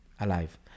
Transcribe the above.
alive